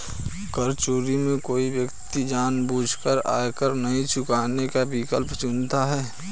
कर चोरी में कोई व्यक्ति जानबूझकर आयकर नहीं चुकाने का विकल्प चुनता है